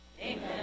Amen